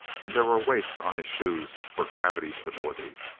and there were weights on his shoes for gravity stability.